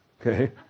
okay